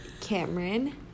Cameron